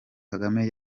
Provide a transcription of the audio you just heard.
kagame